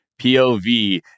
POV